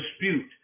dispute